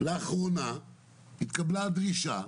לאחרונה התקבלה הדרישה.